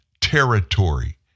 territory